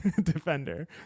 defender